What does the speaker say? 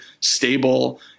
stable